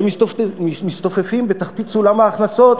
שמסתופפים בתחתית סולם ההכנסות